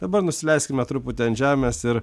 dabar nusileiskime truputį ant žemės ir